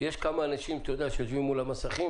יש כמה אנשים שיושבים מול המסכים